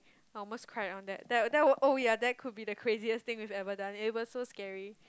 I almost cried on that that oh ya that could be the craziest thing we've ever done it was so scary